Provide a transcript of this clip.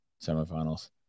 semifinals